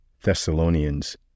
Thessalonians